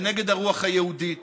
ונגד הרוח היהודית,